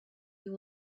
you